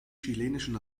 chilenischen